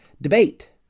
debate